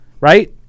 Right